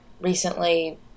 recently